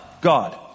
God